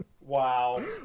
Wow